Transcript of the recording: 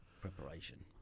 Preparation